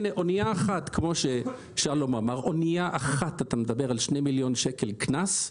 אנייה אחת כמו ששלום אמר זה שני מיליון שקל קנס.